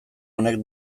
honek